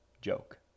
Joke